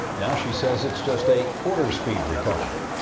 now she says it's just a quarter-speed recovery.